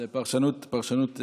זו פרשנות המאזינים.